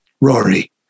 Rory